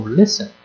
listen